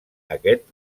aquest